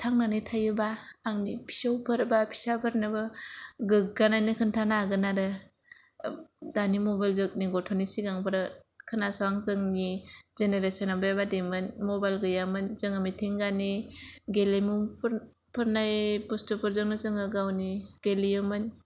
थांनानै थायोब्ला आं फिसौफोर बा फिसाफोरनोबो गोग्गानानै खिन्थानो हागोन आरो दानि मबाइल जुगनि गथ'नि सिगांआव खोनासं जोंनि जेनेरेसनना बेबायदिमोन मबाइल गैयामोन जोङो मिथिंगानि गेलेमुफोर फोरनाय बुसथुफोरजोंनो जोङो गावनि गेलेयोमोन